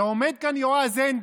ועומד כאן יועז הנדל,